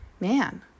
man